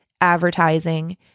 advertising